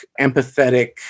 empathetic